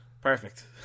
Perfect